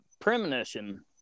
premonition